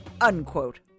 unquote